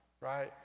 right